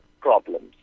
problems